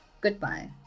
Goodbye